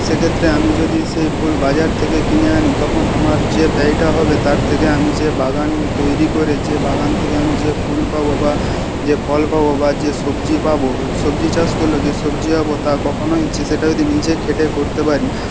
সেক্ষেত্রে আমি যদি সে ফুল বাজার থেকে কিনে আনি তখন আমার যে ব্যয়টা হবে তার থেকে আমি যে বাগান তৈরি করে যে বাগান থেকে আমি যে ফুল পাবো বা যে ফল পাবো বা যে সবজি পাব সবজি চাষ করলেও যে সবজি পাব তা কখনোই সেটা যদি নিজে খেটে করতে পারি